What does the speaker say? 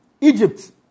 Egypt